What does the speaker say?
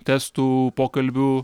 testų pokalbių